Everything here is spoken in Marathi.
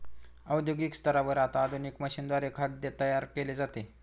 औद्योगिक स्तरावर आता आधुनिक मशीनद्वारे खाद्य तयार केले जाते